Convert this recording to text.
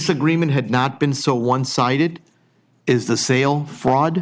agreement had not been so one sided is the sale of fraud